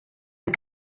and